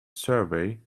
survey